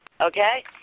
okay